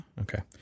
Okay